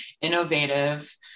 innovative